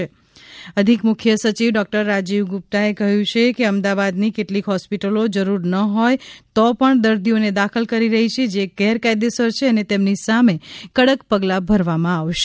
ઃ અધિક મુખ્ય સચિવ ડોકટર રાજીવ ગુપ્તાએ કહયું છે કે અમદાવાદની કેટલીક ફોસ્પિટલો જરૂર ન હોય તોપણ દર્દીઓને દાખલ કરી રહી છે જે ગેરકાયદેસર છે અને તેમની સામે કડક પગલા લેવામાં આવશે